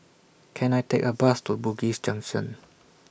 Can I Take A Bus to Bugis Junction